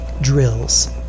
Drills